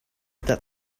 that